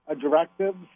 directives